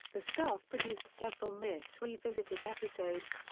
the staff produced several myths revisited episodes,